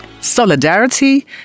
Solidarity